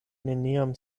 neniam